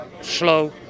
slow